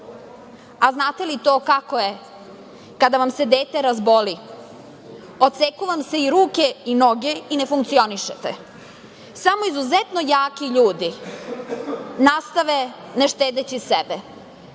li znate kako je to kada vam se dete razboli? Odseku vam se i ruke i noge i ne funkcionišete. Samo izuzetno jaki ljudi nastave ne štedeći sebe.